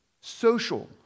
social